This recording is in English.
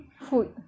food